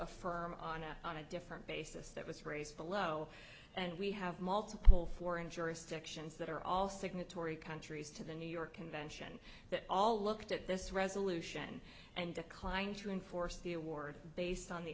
affirm on a on a different basis that was raised below and we have multiple foreign jurisdictions that are all signatory countries to the new york convention that all looked at this resolution and declined to enforce the award based on the